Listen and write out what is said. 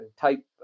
type